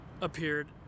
appeared